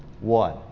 one